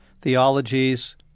theologies